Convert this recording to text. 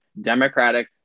democratic